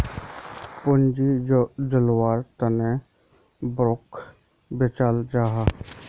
पूँजी जुत्वार तने बोंडोक बेचाल जाहा